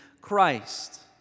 Christ